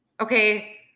Okay